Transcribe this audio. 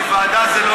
כי ועדה זה,